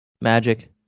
Magic